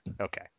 Okay